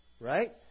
Right